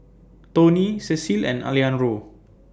Toney Cecil and Alexandro